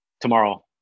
tomorrow